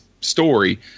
story